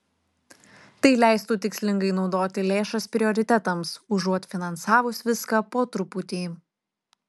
tai leistų tikslingai naudoti lėšas prioritetams užuot finansavus viską po truputį